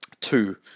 two